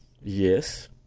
yes